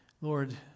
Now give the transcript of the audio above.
Lord